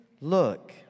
look